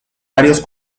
varios